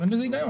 אין בזה היגיון.